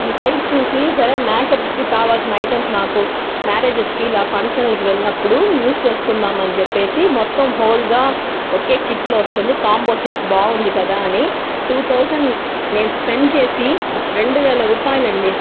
ఈ సైట్ చూసి సరే మేకప్కి కావాల్సిన ఐటమ్స్ నాకు మ్యారేజస్కి ఇలా ఫంక్షన్స్కి వెళ్ళినప్పుడు యూస్ చేసుకుందాము అని చెప్పీ మొత్తం హోల్గా ఒకే కిట్లో వస్తుంది కాంబో సెట్ బాగుంది కదా అని టు థౌసండ్ నేను స్పెండ్ చేసి రెండు వేల రూపాయలు అండి